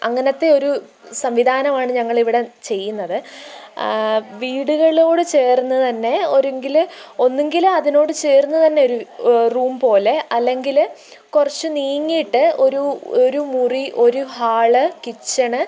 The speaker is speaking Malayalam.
അങ്ങനത്തെയൊരു സംവിധാനമാണ് ഞങ്ങളിവിടെ ചെയ്യുന്നത് വീടുകളോട് ചേർന്ന് തന്നെ ഒരുങ്കില് ഒന്നുങ്കില് അതിനോട് ചേർന്ന് തന്നെ ഒരു റൂം പോലെ അല്ലെങ്കില് കുറച്ചു നീങ്ങിയിട്ട് ഒരു ഒരു മുറി ഒരു ഹാള് കിച്ചണ്